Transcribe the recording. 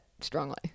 strongly